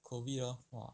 COVID loh